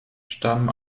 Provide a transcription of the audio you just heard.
stammen